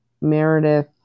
Meredith